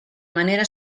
manera